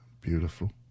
beautiful